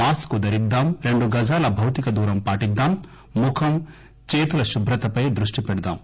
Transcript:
mask ధరిద్దాం రెండు గజాల భౌతిక దూరం పాటిద్దాం ముఖం చేతుల శుభ్రతపై దృష్టి పెడదాం